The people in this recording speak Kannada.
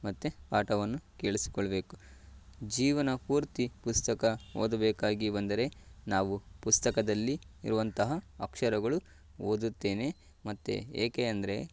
ಮತ್ತು ಪಾಠವನ್ನು ಕೇಳಿಸಿಕೊಳ್ಬೇಕು ಜೀವನ ಪೂರ್ತಿ ಪುಸ್ತಕ ಓದಬೇಕಾಗಿ ಬಂದರೆ ನಾವು ಪುಸ್ತಕದಲ್ಲಿ ಇರುವಂತಹ ಅಕ್ಷರಗಳು ಓದುತ್ತೇನೆ ಮತ್ತು ಏಕೆ ಅಂದರೆ